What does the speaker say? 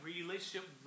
relationship